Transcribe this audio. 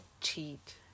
cheat